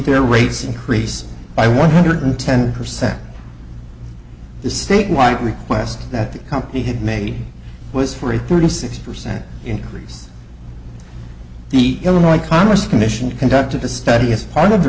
their rates increase by one hundred ten percent the statewide request that the company had made was for a thirty six percent increase the illinois commerce commission conducted the study as part of the